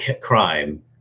crime